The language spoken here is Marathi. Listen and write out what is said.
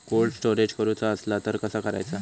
कोल्ड स्टोरेज करूचा असला तर कसा करायचा?